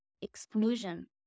Explosion